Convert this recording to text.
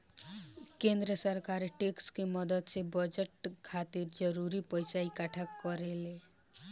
केंद्र सरकार टैक्स के मदद से बजट खातिर जरूरी पइसा इक्कठा करेले